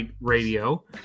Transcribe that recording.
radio